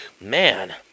man